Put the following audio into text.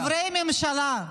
חברים, חברי ממשלה,